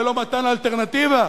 ללא מתן אלטרנטיבה,